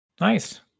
Nice